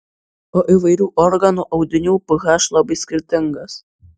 o įvairių organų audinių ph labai skirtingas